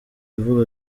ivuga